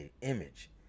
image